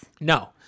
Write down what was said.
No